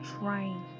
trying